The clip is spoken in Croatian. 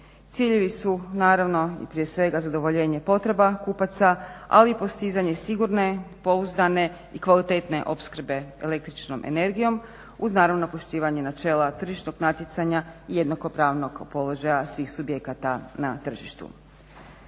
Ciljevi su naravno i prije svega zadovoljenje potreba kupaca ali i postizanje sigurne, pouzdane i kvalitetne opskrbe električnom energijom uz naravno poštivanje načela tržišnog natjecanja i jednakopravnog položaja svih subjekata na tržištu.